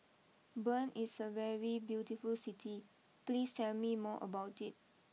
Bern is a very beautiful City please tell me more about it